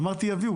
אמרתי שיביאו.